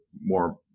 more